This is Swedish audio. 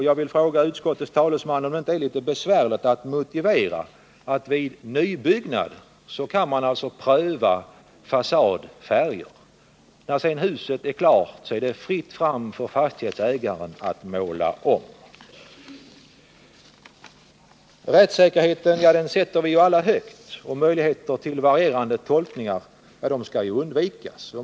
Jag vill fråga utskottets talesman om det inte är litet besvärligt att motivera att man vid nybyggnad kan pröva fasadfärg men att det sedan, när huset är klart, är fritt fram för en fastighetsägare att måla om. Rättssäkerheten sätter vi ju alla högt. Möjligheter till varierande tolkningar skall undvikas.